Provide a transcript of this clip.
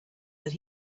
that